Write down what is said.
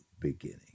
beginning